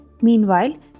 Meanwhile